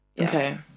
okay